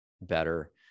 better